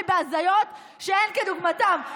בוא, חבר הכנסת קריב, אתה חי בהזיות שאין כדוגמתן.